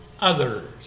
others